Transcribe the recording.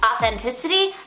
authenticity